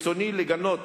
ברצוני לגנות